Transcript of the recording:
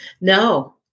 No